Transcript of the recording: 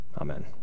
Amen